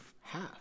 half